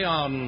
on